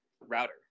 router